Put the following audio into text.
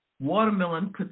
Watermelon